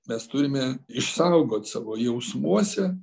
mes turime išsaugot savo jausmuose